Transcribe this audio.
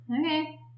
Okay